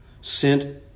sent